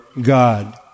God